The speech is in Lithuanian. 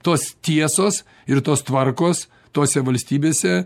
tos tiesos ir tos tvarkos tose valstybėse